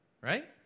Right